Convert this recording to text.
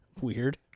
Weird